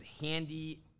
handy